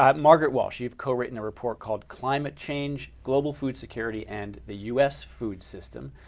um margaret walsh, you've co-written a report called climate change, global food security, and the us food system.